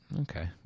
Okay